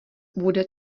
bude